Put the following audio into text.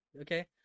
Okay